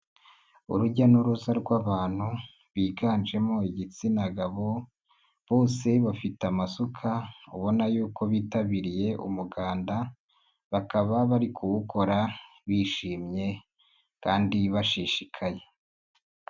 Urujya n'uruza rw'abantu biganjemo igitsina gabo, bose bafite amasuka ubona y'uko bitabiriye umuganda ,bakaba bari kuwukora bishimye kandi bashishikaye